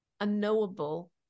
unknowable